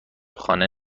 خانه